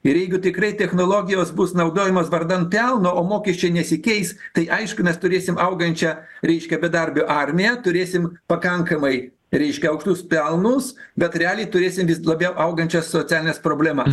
ir jeigu tikrai technologijos bus naudojamos vardan pelno o mokesčiai nesikeis tai aišku mes turėsim augančią reiškia bedarbių armiją turėsim pakankamai reiškia aukštus pelnus bet realiai turėsim vis labiau augančias socialines problemas